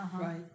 Right